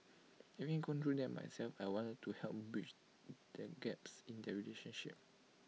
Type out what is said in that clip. having gone through that myself I want to help bridge the gaps in their relationship